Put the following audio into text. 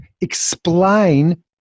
explain